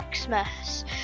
Xmas